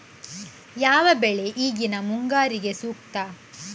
ಯಾವ ಬೆಳೆ ಈಗಿನ ಮುಂಗಾರಿಗೆ ಸೂಕ್ತ?